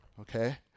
okay